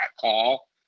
call